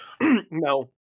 No